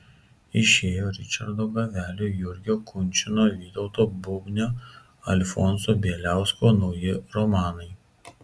išėjo ričardo gavelio jurgio kunčino vytauto bubnio alfonso bieliausko nauji romanai